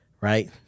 right